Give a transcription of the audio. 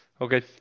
Okay